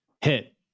hit